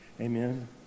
Amen